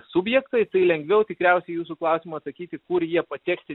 subjektai tai lengviau tikriausiai į jūsų klausimą atsakyti kur jie patekti